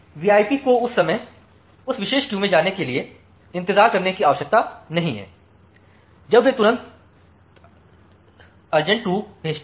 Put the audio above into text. VIP को उस विशेष क्यू में जाने के लिए इंतजार करने की आवश्यकता नहीं है जब वे तुरंत अंरेट 2 भेजते हैं